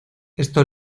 esto